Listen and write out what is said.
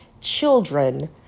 children